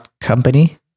company